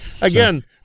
Again